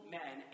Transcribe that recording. men